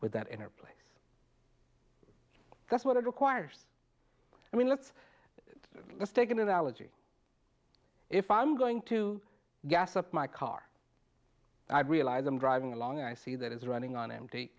inner place that's what it requires i mean let's let's take an analogy if i'm going to gas up my car i realize i'm driving along i see that is running on empty